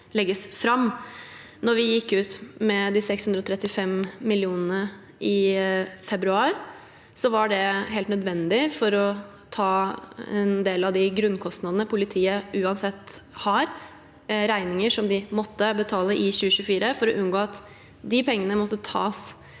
Da vi gikk ut med 635 mill. kr i februar, var det helt nødvendig for å ta en del av de grunnkostnadene politiet uansett har, regninger som de måtte betale i 2024 for å unngå at de pengene måtte tas